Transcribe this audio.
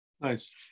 nice